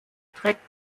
trägt